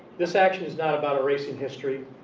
this action is not about erasing history.